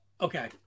Okay